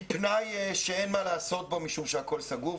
מפנאי שאין מה לעשות בו מפני שהכול סגור.